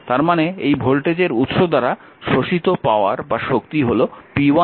তার মানে এই ভোল্টেজের উৎস দ্বারা শোষিত শক্তি হল p1